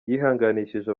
yihanganishije